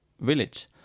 village